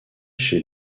chez